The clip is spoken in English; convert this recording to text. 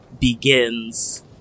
begins